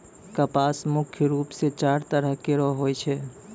कपास मुख्य रूप सें चार तरह केरो होय छै